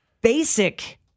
basic